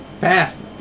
pass